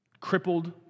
crippled